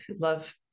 love